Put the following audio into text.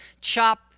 chop